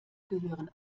gehören